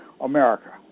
America